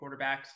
quarterbacks